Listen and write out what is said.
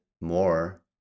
more